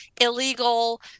illegal